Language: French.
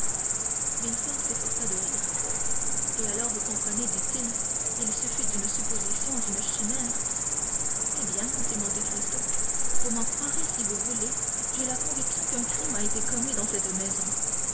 villefort s'efforça de rire et alors vous comprenez dit-il il suffit d'une supposition d'une chimère eh bien dit monte cristo vous m'en croirez si vous voulez j'ai la conviction qu'un crime a été commis dans cette maison